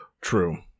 True